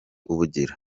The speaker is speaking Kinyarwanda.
ubugira